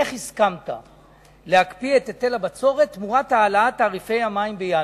איך הסכמת להקפיא את היטל הבצורת תמורת העלאת תעריפי המים בינואר?